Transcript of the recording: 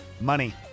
Money